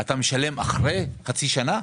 אתה משלם אחרי חצי שנה?